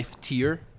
tier